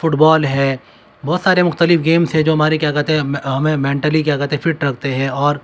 fit بال ہے بہت سارے مختلف گیمس ہے جو ہمارے کیا کہتے ہمیں مینٹلی کیا کہتے فٹ رکھتے ہیں اور